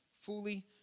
fully